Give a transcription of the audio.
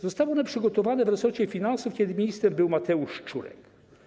Zostały one przygotowane w resorcie finansów, kiedy ministrem był Mateusz Szczurek.